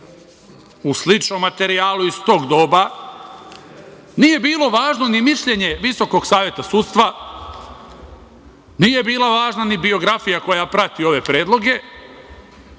u sličnom materijalu iz tog doba nije bilo važno ni mišljenje VSS, nije bila važna ni biografija koja prati ove predloge